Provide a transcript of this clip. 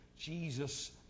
Jesus